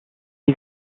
est